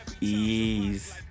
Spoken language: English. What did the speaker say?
Ease